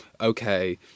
okay